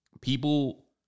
people